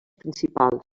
principals